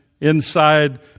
Inside